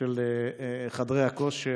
של חדרי הכושר.